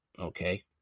Okay